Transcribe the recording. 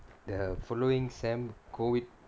the following sam COVID